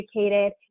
educated